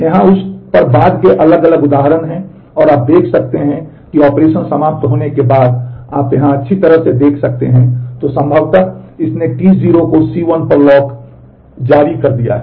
यहाँ उस पर बाद के अलग अलग उदाहरण हैं और आप देख सकते हैं कि ऑपरेशन समाप्त होने के बाद आप यहाँ अच्छी तरह से देख सकते हैं तो संभवतः इसने T0 को C1 पर लॉक जारी कर दिया है